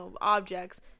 objects